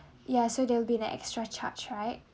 ya so there will be an extra charge right